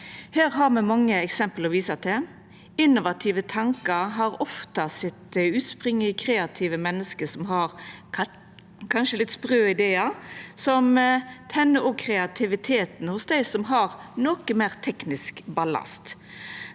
Her har me mange eksempel å visa til. Innovative tankar har ofte utspring i kreative menneske som har kanskje litt sprøe idear, som òg tenner kreativiteten hos dei som har noko meir teknisk ballast.